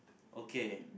okay